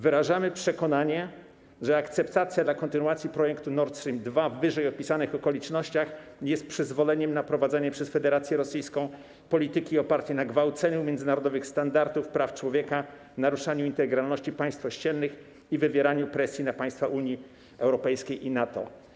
Wyrażamy przekonanie, że akceptacja kontynuacji projektu dotyczącego Nord Stream 2 w opisanych okolicznościach jest przyzwoleniem na prowadzenie przez Federację Rosyjską polityki opartej na gwałceniu międzynarodowych standardów praw człowieka, naruszaniu integralności państw ościennych i wywieraniu presji na państwa Unii Europejskiej i NATO.